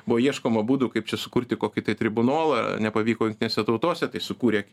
buvo ieškoma būdų kaip čia sukurti kokį tai tribunolą nepavyko jungtinėse tautose tai sukūrė